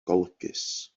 golygus